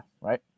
right